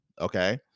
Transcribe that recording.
Okay